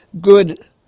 good